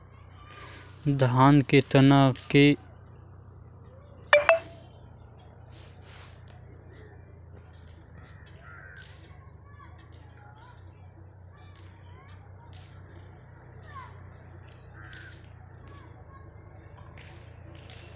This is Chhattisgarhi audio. धान के तनक छेदा बर का हे?